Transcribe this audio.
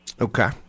Okay